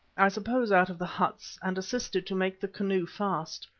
i suppose out of the huts, and assisted to make the canoe fast.